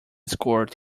scored